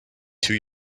two